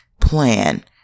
plan